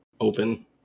open